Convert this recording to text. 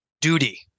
duty